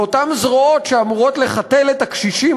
לאותן זרועות שאמורות לחתל את הקשישים